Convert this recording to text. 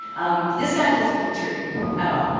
um this guy doesn't contribute at all,